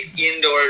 indoor